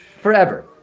forever